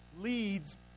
leads